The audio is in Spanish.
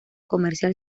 comercial